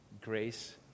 grace